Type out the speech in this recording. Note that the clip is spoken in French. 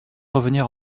revenir